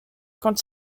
quand